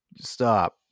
Stop